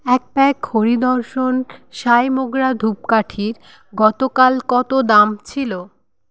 এক প্যাক হরি দর্শন সাই মোগরা ধুপকাঠির গতকাল কত দাম ছিল